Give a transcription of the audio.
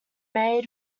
made